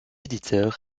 éditeur